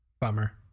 Bummer